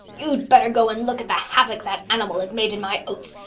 you'd better go and look at the havoc that animal has made in my oats.